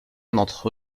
d’entre